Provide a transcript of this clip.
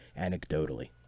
anecdotally